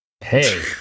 Hey